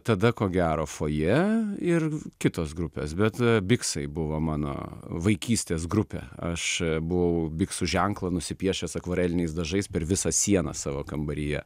tada ko gero fojė ir kitos grupės bet biksai buvo mano vaikystės grupė aš buvau biksų ženklą nusipiešęs akvareliniais dažais per visą sieną savo kambaryje